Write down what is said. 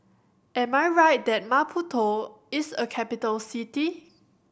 am I right that Maputo is a capital city